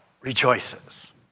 rejoices